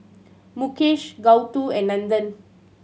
Mukesh Gouthu and Nandan